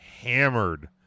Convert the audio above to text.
hammered